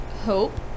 hope